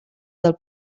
del